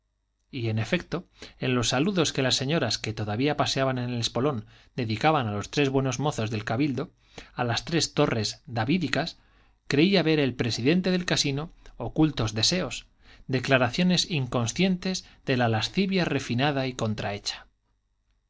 y en efecto en los saludos que las señoras que todavía paseaban en el espolón dedicaban a los tres buenos mozos del cabildo a las tres torres davídicas creía ver el presidente del casino ocultos deseos declaraciones inconscientes de la lascivia refinada y